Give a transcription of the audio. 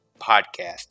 podcast